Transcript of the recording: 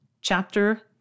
chapter